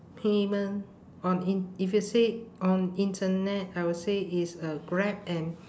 payment on in if you say on internet I would say it's a grab and